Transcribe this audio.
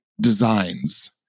designs